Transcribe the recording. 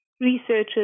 researchers